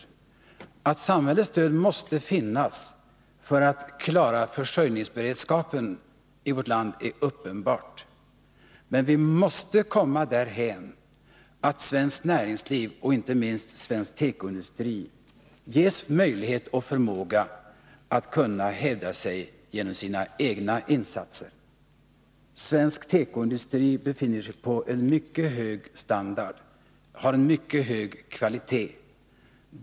Att Fredagen den samhällets stöd måste finnas för att klara försörjningsberedskapen i vårt land 24 oktober 1980 är uppenbart, men vi måste komma därhän att svenskt näringsliv, och inte minst svensk tekoindustri, ges möjlighet och förmåga att hävda sig genom en i Västerbottens Svensk tekoindustri har en mycket hög standard, en mycket hög kvalitet.